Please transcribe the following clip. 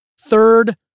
Third